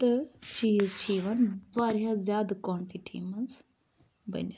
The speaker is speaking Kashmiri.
تہٕ چیز چھِ یِوان وارِیاہ زیادٕ کانٹِٹی منٛز بٔنِتھ